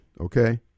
okay